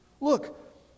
Look